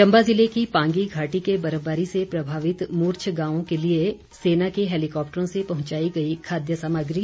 चम्बा जिले की पांगी घाटी के बर्फबारी से प्रभावित मूर्छ गांव के लिए सेना के हेलिकॉप्टरों के माध्यम से पहुंचाई गई खाद्य सामग्री